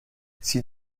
sie